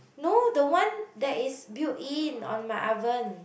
no the one that is build in on my oven